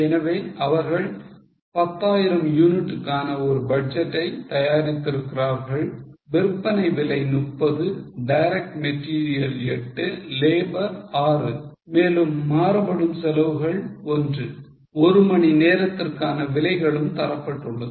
எனவே அவர்கள் 10000 யூனிட்டுக்கான ஒரு பட்ஜெட்டை தயாரித்திருக்கிறார்கள் விற்பனை விலை 30 டைரக்ட் மெட்டீரியல் 8 லேபர் 6 மேலும் மாறுபடும் செலவுகள் 1 ஒரு மணி நேரத்திற்கான விலைகளும் தரப்பட்டுள்ளது